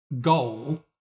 goal